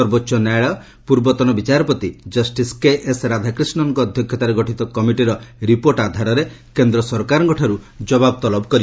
ସର୍ବୋଚ୍ଚ ନ୍ୟାୟାଳୟ ପୂର୍ବତନ ବିଚାରପତି କଷ୍ଟିସ୍ କେଏସ୍ ରାଧାକ୍ରିଷ୍ଣନ୍ଙ୍କ ଅଧ୍ୟକ୍ଷତାରେ ଗଠିତ କମିଟିର ରିପୋର୍ଟ ଆଧାରରେ କେନ୍ଦ୍ର ସରକାରଙ୍କ ଠାରୁ ଜବାବ ତଲବ କରିଛନ୍ତି